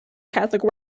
catholic